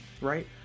right